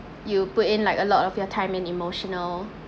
you put in like a lot of your time and emotional